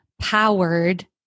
Powered